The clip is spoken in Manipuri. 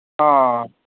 ꯑꯥ